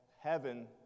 heaven